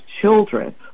children